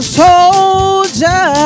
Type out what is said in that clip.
soldier